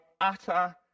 utter